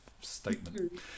statement